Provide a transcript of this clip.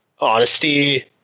honesty